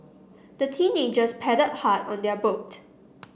the teenagers paddled hard on their boat